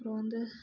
அப்புறம் வந்து